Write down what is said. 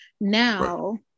now